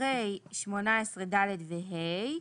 אחרי 18(ד) ו-(ה)"